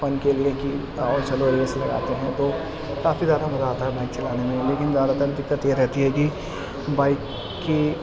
فن کے لیے کہ آؤ چلو ریس لگاتے ہیں تو کافی زیادہ مزہ آتا ہے بائک چلانے میں لیکن زیادہ تر دقت یہ رہتی ہے کہ بائک کی